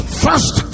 first